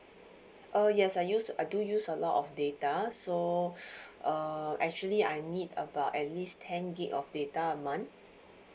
uh yes I use I do use a lot of data so uh actually I need about at least ten gig of data a month